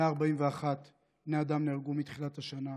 141 בני אדם נהרגו מתחילת השנה,